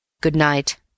Good-night